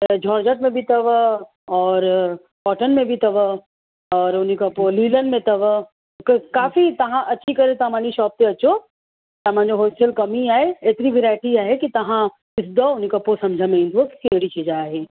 त जोड़जट में बि अथव और कॉटन में बि अथव और उन्ही खां पोइ लीलन में अथव क काफ़ी तव्हां अची करे तव्हां मुंहिंजी शोप ते अचो ऐं मुंहिंजो होलसेल कमु ई आहे एतिरी वेराइटी आहे की तव्हां ॾिसंदव उन खां पोइ सम्झ में ईंदुव कहिड़ी शइ जा आहे